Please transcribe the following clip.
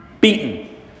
beaten